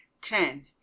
ten